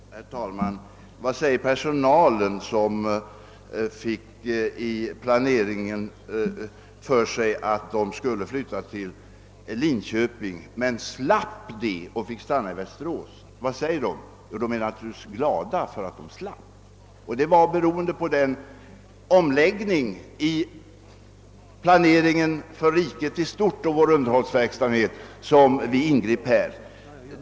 Herr talman! Vad säger de anställda, som under planeringen fick intrycket att de skulle flyttas till Linköping men sedan slapp detta och fick stanna i Västerås? De är naturligtvis glada för den omläggning av planeringen för underhållsverksamheten i stort som vi gjorde.